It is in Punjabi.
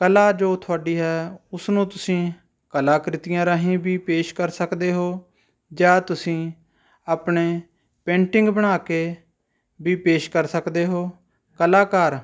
ਕਲਾ ਜੋ ਤੁਹਾਡੀ ਹੈ ਉਸ ਨੂੰ ਤੁਸੀਂ ਕਲਾ ਕ੍ਰਿਤੀਆਂ ਰਾਹੀਂ ਵੀ ਪੇਸ਼ ਕਰ ਸਕਦੇ ਹੋ ਜਾਂ ਤੁਸੀਂ ਆਪਣੇ ਪੇਂਟਿੰਗ ਬਣਾ ਕੇ ਵੀ ਪੇਸ਼ ਕਰ ਸਕਦੇ ਹੋ ਕਲਾਕਾਰ